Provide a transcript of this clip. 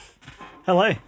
hello